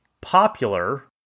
popular